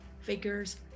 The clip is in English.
figures